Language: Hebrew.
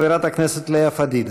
חברת הכנסת לאה פדידה.